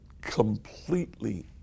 completely